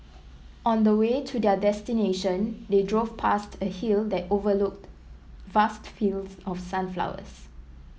on the way to their destination they drove past a hill that overlooked vast fields of sunflowers